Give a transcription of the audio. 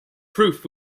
proof